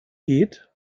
geht